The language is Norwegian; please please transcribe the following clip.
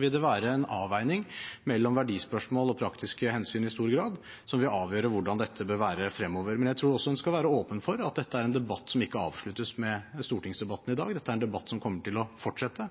grad være en avveining mellom verdispørsmål og praktiske hensyn som vil avgjøre hvordan dette bør være fremover, men jeg tror også en skal være åpen for at dette er en debatt som ikke avsluttes med stortingsdebatten i dag. Dette er en debatt som kommer til å fortsette,